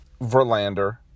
Verlander